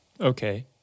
Okay